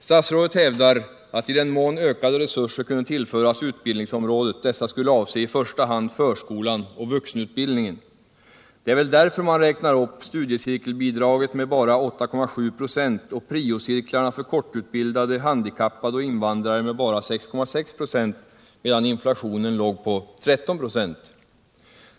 Statsrådet hävdar att i den mån ökade resurser kunde tillföras utbildningsområdet skulle dessa avse i första hand förskolan och vuxenutbildningen. Det är väl därför man räknar upp studiecirkelbidraget med bara 8,7 96 och priocirklarna för kortutbildade, handikappade och invandrare med bara 6,6 26, medan inflationen låg på 13 96?